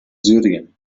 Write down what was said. syrien